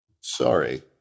Sorry